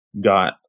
got